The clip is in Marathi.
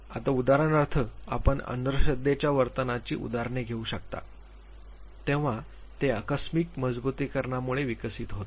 आता उदाहरणार्थ आपण अंधश्रद्धेच्या वर्तनाची उदाहरणे घेऊ शकता जेव्हा ते आकस्मिक मजबुतीकरणामुळे विकसित होते